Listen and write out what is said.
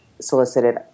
solicited